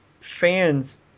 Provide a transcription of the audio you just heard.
fans